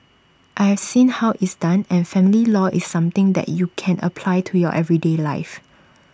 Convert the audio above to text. I have seen how it's done and family law is something that you can apply to your everyday life